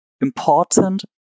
important